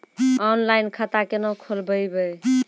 Online खाता केना खोलभैबै?